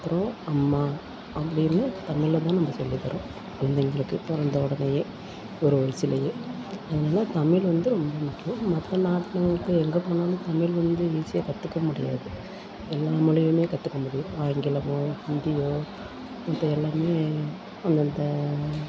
அப்புறம் அம்மா அப்படின்னு தமிழ்ல தான் நம்ம சொல்லி தர்றோம் குழந்தைங்களுக்கு பிறந்தோடனேயே ஒரு வயசுலேயே அதனால தமிழ் வந்து ரொம்ப முக்கியம் மற்ற நாட்டில் வந்து எங்கே போனாலும் தமிழ் வந்து ஈஸியாக கற்றுக்க முடியாது எல்லா மொழியுமே கற்றுக்க முடியும் ஆங்கிலமோ ஹிந்தியோ மத்த எல்லாமே அந்தந்த